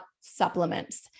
supplements